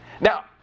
Now